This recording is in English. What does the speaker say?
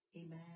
Amen